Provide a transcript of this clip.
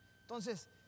Entonces